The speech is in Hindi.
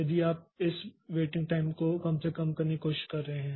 यदि आप इस वेटिंग टाइम को कम से कम करने की कोशिश कर रहे हैं